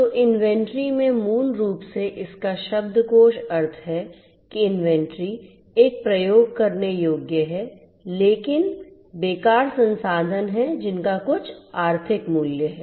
तो इन्वेंट्री में मूल रूप से इसका शब्दकोष अर्थ है कि इन्वेंट्री एक प्रयोग करने योग्य है लेकिन बेकार संसाधन हैं जिनका कुछ आर्थिक मूल्य है